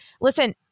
Listen